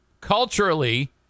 culturally